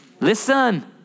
Listen